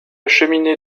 cheminée